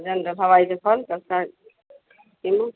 जौन हवाई चप्पल सस्ता है न